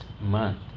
month